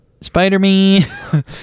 Spider-Man